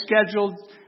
scheduled